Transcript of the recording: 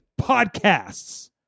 podcasts